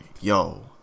yo